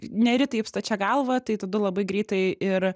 neri taip stačia galva tai tadu labai greitai ir